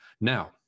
now